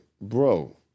bro